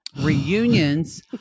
reunions